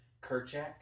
Kerchak